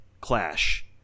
clash